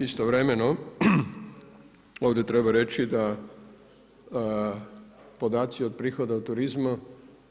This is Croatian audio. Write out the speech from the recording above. Istovremeno, ovdje treba reći, da podaci od prihoda od turizmu